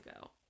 go